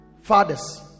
fathers